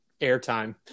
airtime